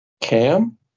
Cam